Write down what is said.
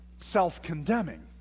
self-condemning